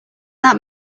that